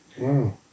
Wow